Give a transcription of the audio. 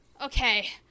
okay